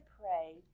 pray